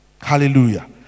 Hallelujah